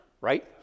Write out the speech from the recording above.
right